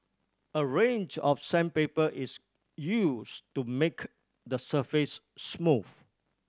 a range of sandpaper is used to make the surface smooth